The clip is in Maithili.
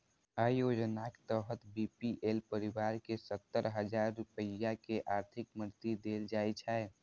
अय योजनाक तहत बी.पी.एल परिवार कें सत्तर हजार रुपैया के आर्थिक मदति देल जाइ छै